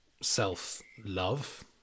self-love